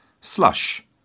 Slush